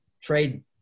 trade